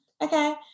okay